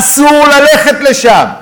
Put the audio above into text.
אסור ללכת לשם.